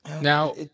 Now